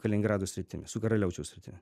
kaliningrado sritimi su karaliaučiaus sritimi